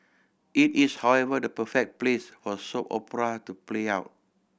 it is however the perfect place for soap opera to play out